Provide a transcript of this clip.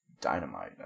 dynamite